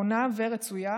נכונה ורצויה,